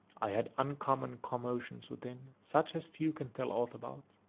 i had uncommon commotions within, such as few can tell aught about.